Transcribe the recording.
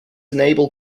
enable